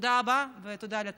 תודה רבה ותודה על התמיכה.